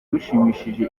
bishimishije